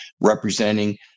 representing